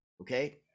okay